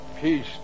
Peace